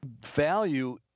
value